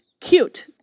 cute